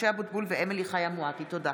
משה אבוטבול ואמילי חיה מואטי בנושא: